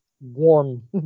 warm